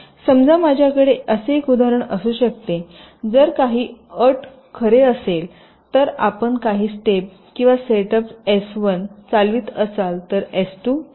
समजा माझ्याकडे असे एक उदाहरण असू शकते जर काही अट खरे असेल तर आपण काही स्टेप किंवा सेट स्टेप एस 1 चालवित असाल तर एस 2 चालवा